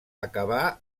acabà